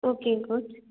okay coach